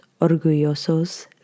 orgullosos